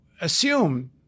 assume